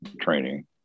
training